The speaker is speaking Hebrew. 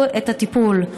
יקבלו את הטיפול.